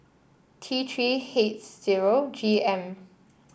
T Three H zero G M